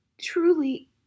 Truly